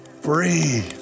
free